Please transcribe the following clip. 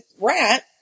rat